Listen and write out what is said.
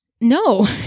no